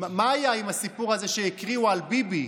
מה היה עם הסיפור הזה שהקריאו על ביבי?